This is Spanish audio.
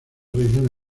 región